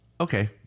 okay